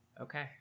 Okay